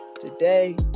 Today